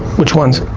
which ones?